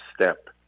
step